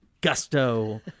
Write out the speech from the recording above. gusto